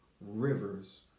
rivers